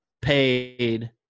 Paid